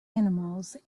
animals